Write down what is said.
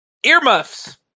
Earmuffs